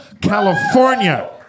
California